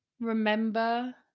remember